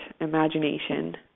imagination